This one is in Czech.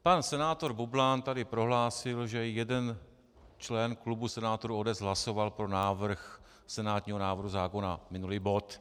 Pan senátor Bublan tady prohlásil, že jeden člen klubu senátorů ODS hlasoval pro návrh senátního návrhu zákona, minulý bod.